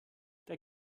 der